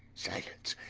silence!